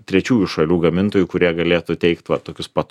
trečiųjų šalių gamintojų kurie galėtų teikti va tokius pat